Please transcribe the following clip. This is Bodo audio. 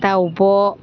दाउब'